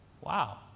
Wow